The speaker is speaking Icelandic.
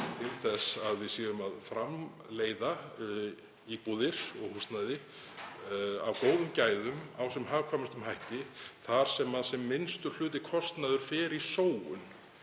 til þess að við séum að framleiða íbúðir og húsnæði af góðum gæðum með sem hagkvæmustum hætti þar sem sem minnstur hluti kostnaður fer í súginn.